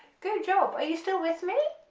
good job, are you still with me?